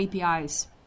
APIs